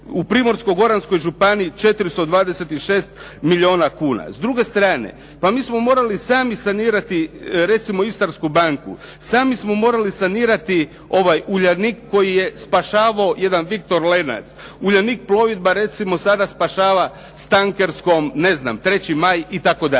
U Primorsko-goranskoj županiji 426 milijuna kuna. S druge strane, pa mi smo morali sami sanirati recimo Istarsku banku, sami smo morali sanirati "Uljanik" koji je spašavao jedan "Viktor Lenac". "Uljanik plovidba" recimo sada spašava s tankerstvom, ne znam "3. maj" itd.